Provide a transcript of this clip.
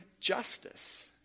justice